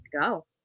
go